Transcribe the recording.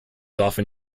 often